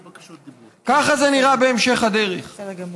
ככה זה נראה בהמשך הדרך.